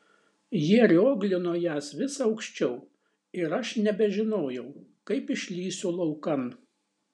jie rioglino jas vis aukščiau ir aš nebežinojau kaip išlįsiu laukan